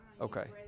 okay